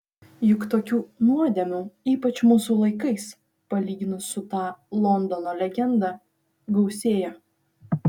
juk tokių nuodėmių ypač mūsų laikais palyginus su ta londono legenda gausėja